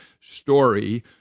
story